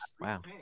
Wow